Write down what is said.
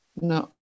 No